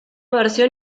versión